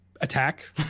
attack